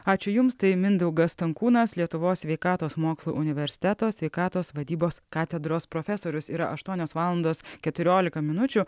ačiū jums tai mindaugas stankūnas lietuvos sveikatos mokslų universiteto sveikatos vadybos katedros profesorius yra aštuonios valandos keturiolika minučių